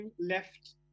left